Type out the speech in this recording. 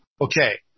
Okay